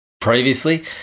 previously